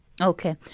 Okay